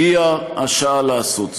הגיעה השעה לעשות זאת.